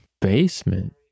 basement